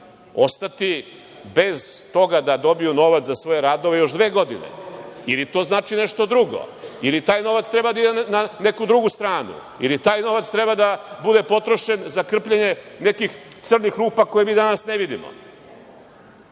ostati bez toga da dobiju novac za svoje radove još dve godine ili to znači nešto drugo, ili taj novac treba da ide na neku drugu stranu, ili taj novac treba da bude potrošen za krpljenje nekih crnih rupa koje mi danas ne vidimo? Ova